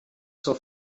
zur